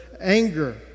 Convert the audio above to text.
anger